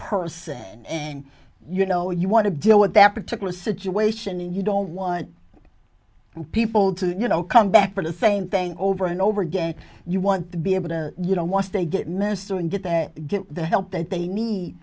person and you know you want to deal with that particular situation and you don't want people to you know come back to the same thing over and over again you want to be able to you don't want to get mr and get that get the help that they need